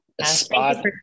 Spot